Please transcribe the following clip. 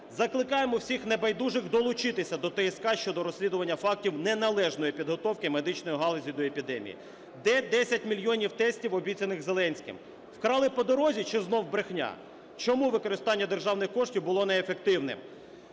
закликаємо всіх небайдужих долучитися до ТСК щодо розслідування фактів неналежної підготовки медичної галузі до епідемії. Де 10 мільйонів тестів, обіцяних Зеленським? Вкрали по дорозі чи знову брехня? Чому використання державних коштів було неефективним?